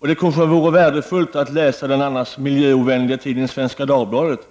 Det vore kanske värdefullt att läsa den annars miljöovänliga tidningen Svenska Dagbladet.